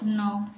नौ